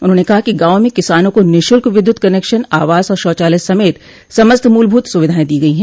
उन्होंने कहा कि गांव में किसानों को निःशुल्क विद्युत कनेक्शन आवास और शौचालय समेत समस्त मूलभुत सुविधाएं दी गई है